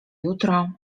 jutro